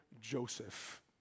Joseph